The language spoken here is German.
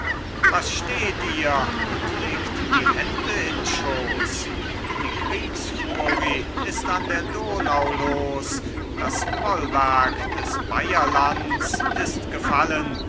was steht ihr und legt die hände in schoß die kriegsfuri ist an der donau los das bollwerk des bayerlands ist gefallen